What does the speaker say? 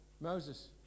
Moses